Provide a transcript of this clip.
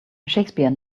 shakespeare